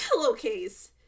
pillowcase